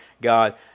God